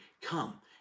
come